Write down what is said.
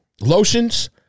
lotions